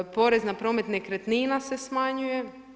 Porez na promet nekretnina se smanjuje.